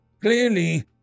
Clearly